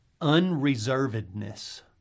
unreservedness